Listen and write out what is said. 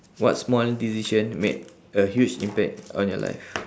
what small decision made a huge impact on your life